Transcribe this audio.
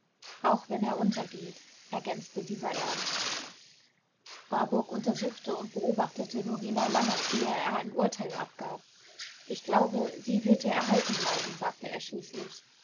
auch wenn er untergeht ergänzte dieser ernst warburg untersuchte und beobachtete norina lange ehe er ein urteil abgab ich glaube sie wird dir erhalten bleiben sagte er schließlich